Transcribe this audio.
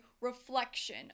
reflection